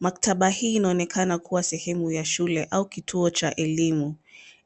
Maktaba hii inaonekana kuwa sehemu ya shule au kituo cha elimu.